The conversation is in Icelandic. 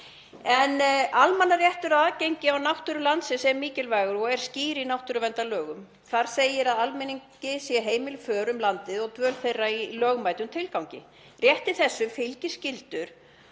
Almannaréttur og aðgengi að náttúru landsins er mikilvægur og er skýr í náttúruverndarlögum. Þar segir að almenningi sé heimil för um landið og dvöl þar í lögmætum tilgangi. Rétti þessum fylgir skylda